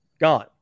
gone